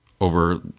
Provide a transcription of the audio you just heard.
over